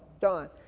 don.